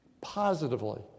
positively